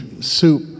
soup